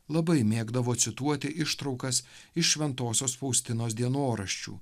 labai mėgdavo cituoti ištraukas iš šventosios faustinos dienoraščių